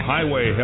Highway